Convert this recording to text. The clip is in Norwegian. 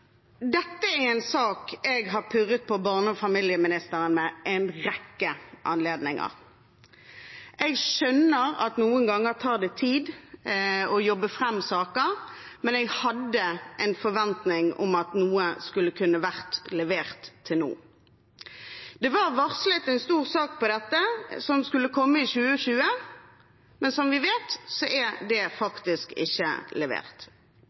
Dette er en sak jeg har purret på barne- og familieministeren om ved en rekke anledninger. Jeg skjønner at det noen ganger tar tid å jobbe fram saker, men jeg hadde en forventning om at noe skulle kunne vært levert nå. Det var varslet en stor sak om dette som skulle komme i 2020, men som vi vet, er den ikke levert.